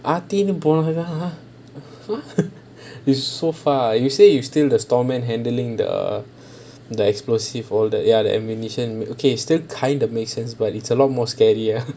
aarthinnu போனாதான்:ponathaan you so far you say you still the storeman handling the the explosive all that ya the ammunition okay still kind of makes sense but it's a lot more scary ah